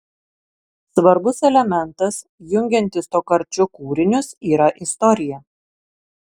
svarbus elementas jungiantis tokarčuk kūrinius yra istorija